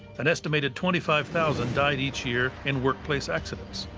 an estimated twenty five thousand died each year in workplace accidents.